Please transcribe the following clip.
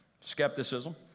Skepticism